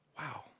Wow